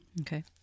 Okay